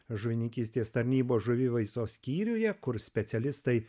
žuvininkystės tarnybos žuvivaisos skyriuje kur specialistai